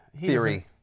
theory